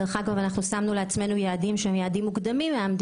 שמנו לעצמנו יעדים שהם --- מהמדינה.